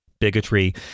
bigotry